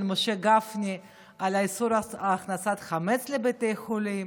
משה גפני על איסור הכנסת חמץ לבתי חולים.